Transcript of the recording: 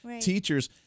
teachers